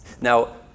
Now